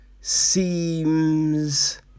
seems